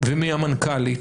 ומהמנכ"לית,